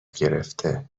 گرفته